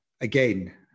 again